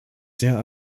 sehr